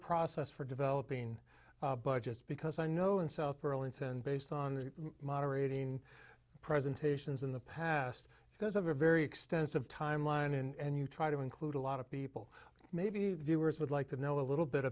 process for developing budgets because i know in south pearlington based on moderating presentations in the past there's a very extensive timeline and you try to include a lot of people maybe viewers would like to know a little bit